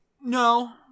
No